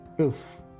Oof